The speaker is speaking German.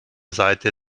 seite